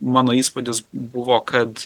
mano įspūdis buvo kad